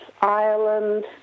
Ireland